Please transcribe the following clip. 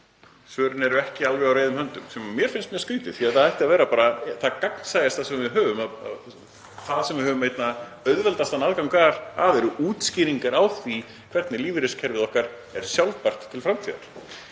svörin eru ekki alveg á reiðum höndum. Það finnst mér skrýtið því að það ætti að vera það gagnsæjasta sem við höfum, það sem við ættum að hafa einna auðveldastan aðgang að eru útskýringar á því hvernig lífeyriskerfið okkar er sjálfbært til framtíðar.